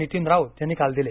नितीन राऊत यांनी काल दिले